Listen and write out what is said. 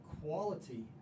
quality